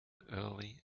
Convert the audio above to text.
early